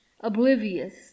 oblivious